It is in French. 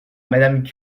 madame